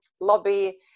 lobby